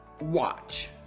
watch